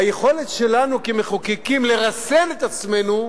היכולת שלנו כמחוקקים לרסן את עצמנו,